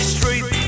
Street